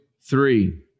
three